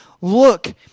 look